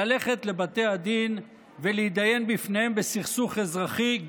ללכת לבתי הדין ולהתדיין בפניהם בסכסוך אזרחי,